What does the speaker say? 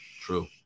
True